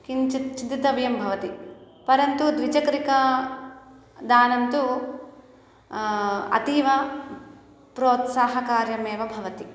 किञ्चित् चिन्तितव्यं भवति परन्तु द्विचक्रिकादानं तु अतीव प्रोत्साहकार्यमेव भवति